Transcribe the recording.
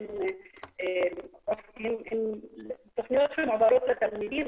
הן תוכניות שמועברות לתלמידים,